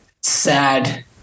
Sad